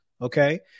okay